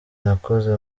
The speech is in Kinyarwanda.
nakoze